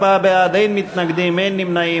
עידוד לימודי הנדסה וטכנולוגיה),